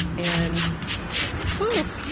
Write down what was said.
and whew,